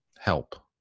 help